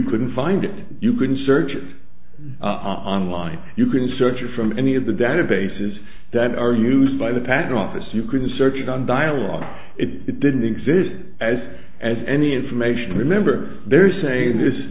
couldn't find it you couldn't search online you can search or from any of the databases that are used by the patent office you could search it on dialogue if it didn't exist as as any information remember there is say this